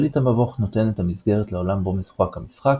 שליט המבוך נותן את המסגרת לעולם בו משוחק המשחק,